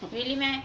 really meh